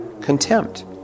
contempt